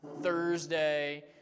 Thursday